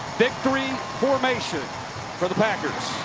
victory formation for the packers.